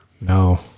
No